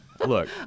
Look